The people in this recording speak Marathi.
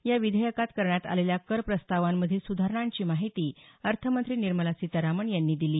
या विधेयकात करण्यात आलेल्या कर प्रस्तावांमधील सुधारणांची माहिती अर्थमंत्री निर्मला सीतारामन यांनी दिली